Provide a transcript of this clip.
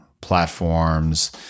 platforms